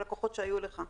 ללקוחות שהיו לך.